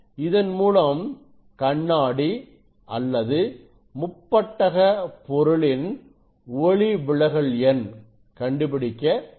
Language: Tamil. இதன் மூலம் கண்ணாடி அல்லது முப்பட்டக பொருளின் ஒளிவிலகல் எண் கண்டுபிடிக்க முடியும்